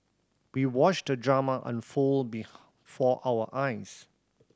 we watched the drama unfold before our eyes